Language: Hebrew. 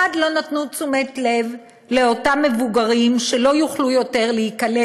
במיוחד לא נתנו תשומת לב לאותם מבוגרים שכבר לא יוכלו להיקלט,